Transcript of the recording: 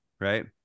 right